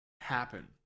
happen